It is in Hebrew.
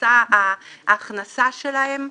ההכנסה שלהם.